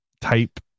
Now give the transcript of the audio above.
type